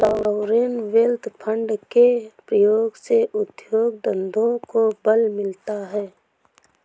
sovereign wealth fund के प्रयोग से उद्योग धंधों को बल मिलता है